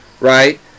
Right